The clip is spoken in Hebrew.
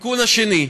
התיקון השני,